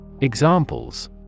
Examples